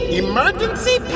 emergency